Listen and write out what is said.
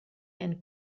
and